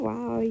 Wow